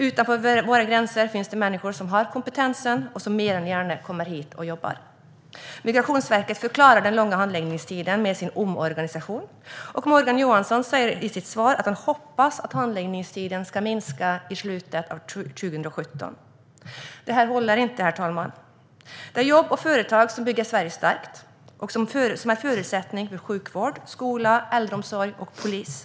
Utanför våra gränser finns människor som har kompetensen och som mer än gärna kommer hit och jobbar. Migrationsverket förklarar den långa handläggningstiden med sin omorganisation, och Morgan Johansson säger i sitt svar att han hoppas att handläggningstiderna ska minska i slutet av 2017. Det här håller inte, herr talman! Det är jobb och företag som bygger Sverige starkt och som är förutsättningen för sjukvård, skola, äldreomsorg och polis.